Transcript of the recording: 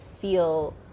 feel